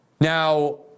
Now